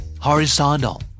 Horizontal